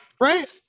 right